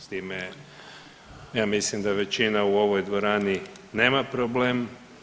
S time ja mislim da većina u ovoj dvorani nema problem.